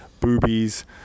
boobies